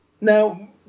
Now